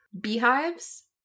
beehives